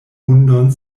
hundon